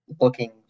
looking